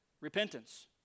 repentance